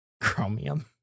Chromium